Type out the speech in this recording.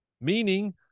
Meaning